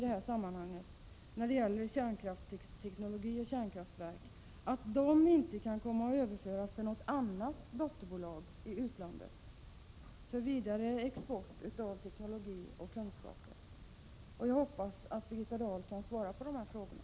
Det är när det gäller kärnkraftsteknologi och kärnkraftverk viktigt att sådana inte kommer att överföras till något dotterbolag i utlandet för vidare export. Jag hoppas att Birgitta Dahl kan svara på de här frågorna.